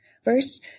First